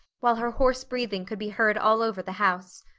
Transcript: while her hoarse breathing could be heard all over the house.